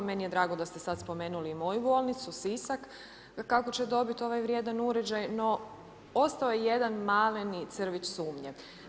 Meni je drago da ste sad spomenuli i moju bolnicu Sisak, kako će dobiti ovaj vrijedan uređaj, no ostao je jedan maleni crvić sumnje.